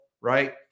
right